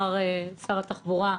שר התחבורה,